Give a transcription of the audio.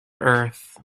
earth